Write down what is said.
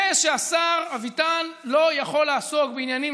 זה שהשר אביטן לא יכול לעסוק בעניינים